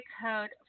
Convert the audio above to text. code